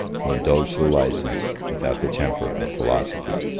who indulge the license without the temper of philosophy.